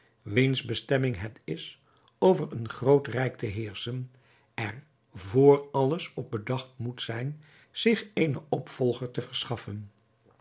wiens bestemming het is over een groot rijk te heerschen er vr alles op bedacht moet zijn zich eenen opvolger te verschaffen